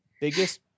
biggest